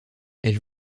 elle